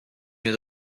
mnie